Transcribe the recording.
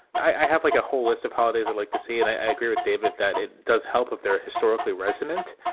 i have like a whole list of holidays i'd like to see. and i agree with david that it does help if they're historically resonant,